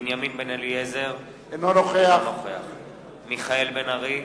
בנימין בן-אליעזר, אינו נוכח מיכאל בן-ארי,